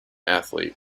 athlete